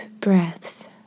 breaths